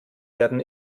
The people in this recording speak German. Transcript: werden